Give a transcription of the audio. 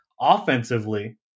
offensively